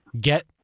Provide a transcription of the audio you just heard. get